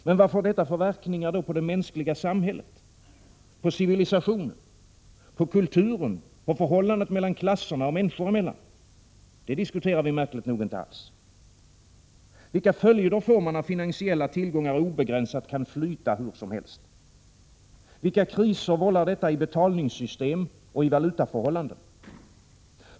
Men vad får detta för verkningar på det mänskliga samhället, på civilisationen, på kulturen, på förhållandet mellan klasserna och människor emellan? Det diskuterar vi märkligt nog inte alls. Vilka följder får det när finansiella tillgångar obegränsat kan flyttas hur som helst? Vilka kriser vållar detta i betalningssystem och i valutaförhållanden?